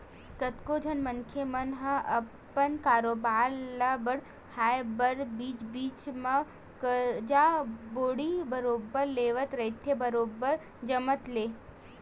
कतको झन मनखे मन ह अपन कारोबार ल बड़हाय बर बीच बीच म करजा बोड़ी बरोबर लेवत रहिथे बरोबर जमत ले